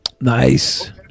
Nice